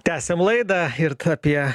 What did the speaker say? tęsiam laidą ir apie